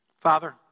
Father